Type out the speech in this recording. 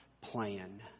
plan